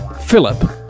Philip